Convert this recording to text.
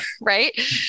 right